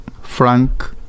frank